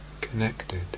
connected